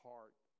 heart